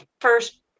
first